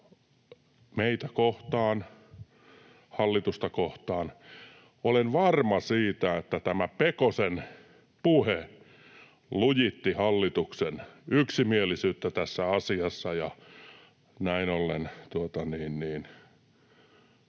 meitä kohtaan, hallitusta kohtaan. Olen varma siitä, että tämä Pekosen puhe lujitti hallituksen yksimielisyyttä tässä asiassa, ja näin ollen